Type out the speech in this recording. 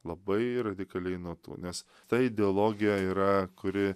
labai radikaliai nuo tų nes ta ideologija yra kuri